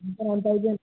అంతా one thousand